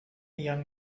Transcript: young